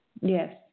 Yes